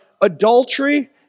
adultery